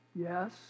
Yes